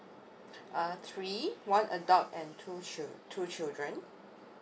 uh three one adult and two chil~ two children